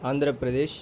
Andhra Pradesh